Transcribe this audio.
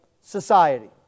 society